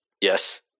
Yes